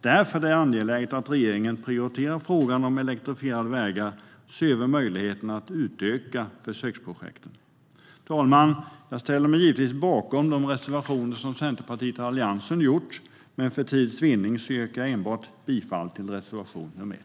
Därför är det angeläget att regeringen prioriterar frågan om elektrifierade vägar och ser över möjligheterna att utöka försöksprojekten. Herr talman! Jag ställer mig givetvis bakom de reservationer som Centerpartiet och Alliansen lämnat, men för tids vinnande yrkar jag bifall enbart till reservation nr 1.